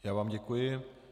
Já vám děkuji.